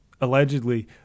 allegedly